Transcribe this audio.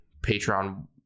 patreon